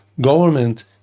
government